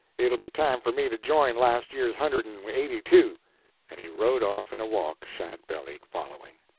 it ll be time for me to join last year's hundred and eighty-two and he rode off in a walk, shadbelly following.